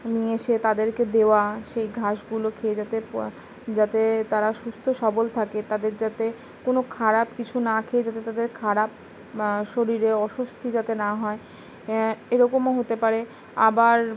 নিয়ে এসে তাদেরকে দেওয়া সেই ঘাসগুলো খেয়ে যাতে যাতে তারা সুস্থ সবল থাকে তাদের যাতে কোনও খারাপ কিছু না খেয়ে যাতে তাদের খারাপ শরীরে অস্বস্তি যাতে না হয় এরকমও হতে পারে আবার